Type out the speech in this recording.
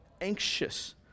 anxious